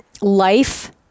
life